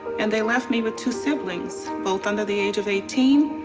and they left me with two siblings, both under the age of eighteen,